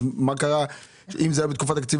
אם זה היה בתקופת התקציב,